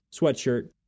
sweatshirt